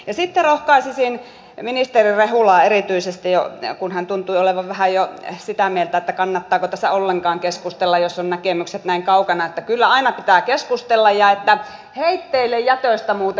esite rohkaisisin ministeri rehulaa erityisesti kun hän kannatan mestarikisälli mallia ja toivoisin että kannattako tässä ollenkaan keskustella jos näkemykset näin kaukana kyllä aina pitää keskustella ja se otettaisiin meillä laajasti käyttöön